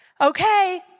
okay